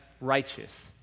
righteous